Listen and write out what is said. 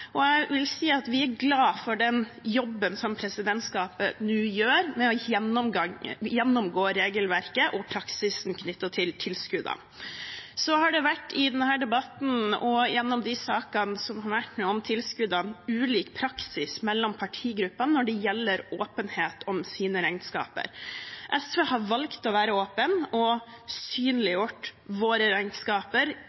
og jeg vil si at vi er glad for den jobben som presidentskapet nå gjør med å gjennomgå regelverket og praksisen knyttet til tilskuddene. Det har i denne debatten og gjennom de sakene som har vært nå om tilskuddene, vært ulik praksis mellom partigruppene når det gjelder åpenhet om regnskapene. SV har valgt å være åpen og